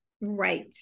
right